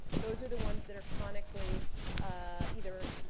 those are the ones that are chronically either,